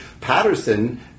Patterson